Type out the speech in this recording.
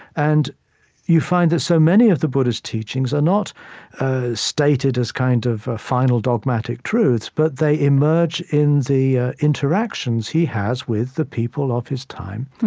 and you find that so many of the buddha's teachings are not stated as kind of final, dogmatic truths, but they emerge in the interactions he has with the people of his time.